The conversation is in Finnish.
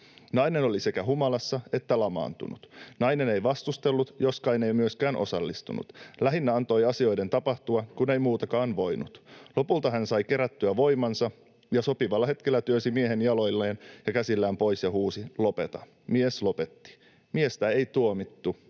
Nainen oli sekä humalassa että lamaantunut. Nainen ei vastustellut, joskaan ei myöskään osallistunut — lähinnä antoi asioiden tapahtua, kun ei muutakaan voinut. Lopulta hän sai kerättyä voimansa ja sopivalla hetkellä työsi miehen jaloillaan ja käsillään pois ja huusi ”lopeta”. Mies lopetti. Miestä ei tuomittu.